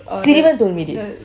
sirivan told me this